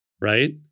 right